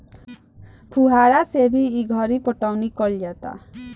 फुहारा से भी ई घरी पटौनी कईल जाता